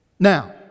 Now